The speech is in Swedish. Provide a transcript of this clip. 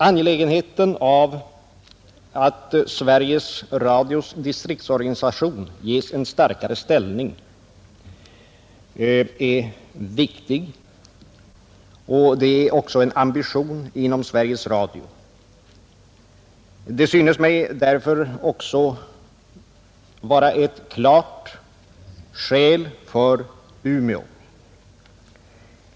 Angelägenheten av att Sveriges Radios distriktsorganisation ges en starkare ställning är viktig, och det är också en ambition inom Sveriges Radio. Detta synes mig därför också vara ett ytterligare och klart skäl för Umeå.